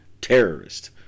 terrorist